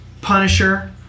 Punisher